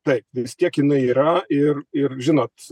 taip vis tiek jinai yra ir ir žinot